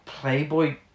Playboy